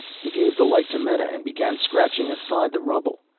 he gave the light to meta and began scratching aside the rubble.